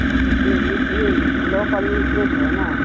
बस इतने इतने है न